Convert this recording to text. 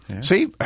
See